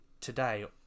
today